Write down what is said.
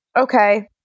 Okay